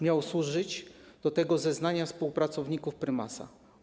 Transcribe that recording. Miały służyć do tego zeznania współpracowników prymasa.